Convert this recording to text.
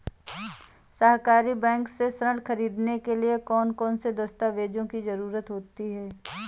सहकारी बैंक से ऋण ख़रीदने के लिए कौन कौन से दस्तावेजों की ज़रुरत होती है?